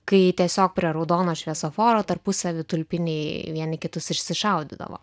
kai tiesiog prie raudono šviesoforo tarpusavy tulpiniai vieni kitus išsišaudavo